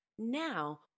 Now